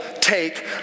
take